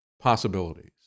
possibilities